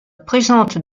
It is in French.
présente